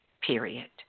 period